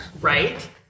Right